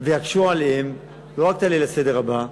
ויקשו עליהם לא רק את ליל הסדר הבא,